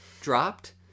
dropped